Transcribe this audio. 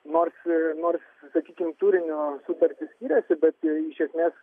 nors nors sakykim turiniu sutartys skiriasi bet iš esmės